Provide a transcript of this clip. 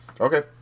Okay